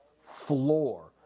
floor